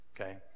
Okay